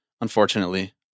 Unfortunately